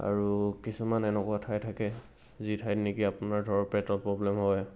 আৰু কিছুমান এনেকুৱা ঠাই থাকে যি ঠাইত নেকি আপোনাৰ ধৰক পেটৰ প্ৰব্লেম হয়